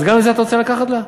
אז גם את זה אתה רוצה לקחת לה?